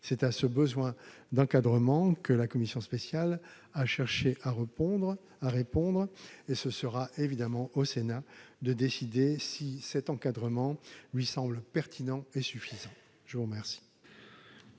C'est à ce besoin d'encadrement que la commission spéciale a cherché à répondre. Ce sera évidemment au Sénat de décider si cet encadrement lui semble pertinent et suffisant. La parole